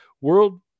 world